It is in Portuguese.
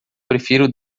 prefiro